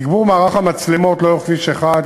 תגבור מערך המצלמות לאורך כביש 1,